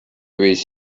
with